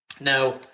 Now